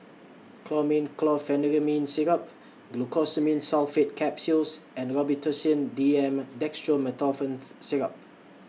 Chlormine Chlorpheniramine Syrup Glucosamine Sulfate Capsules and Robitussin D M Dextromethorphan Syrup